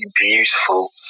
beautiful